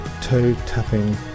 toe-tapping